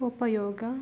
ಉಪಯೋಗ